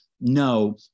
no